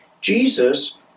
Jesus